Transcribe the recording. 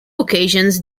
occasions